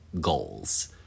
goals